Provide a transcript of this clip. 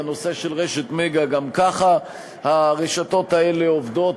בנושא של רשת "מגה" גם ככה הרשתות האלה עובדות